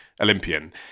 Olympian